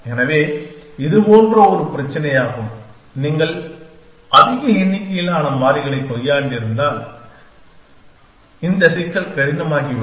எனவே இது போன்ற ஒரு பிரச்சனையாகும் நீங்கள் அதிக எண்ணிக்கையிலான மாறிகளைக் கையாண்டிருந்தால் இந்த சிக்கல் கடினமாகிவிடும்